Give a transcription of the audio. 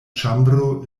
ĉambro